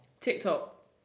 TikTok